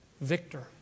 victor